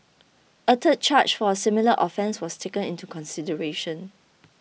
a third charge for a similar offence was taken into consideration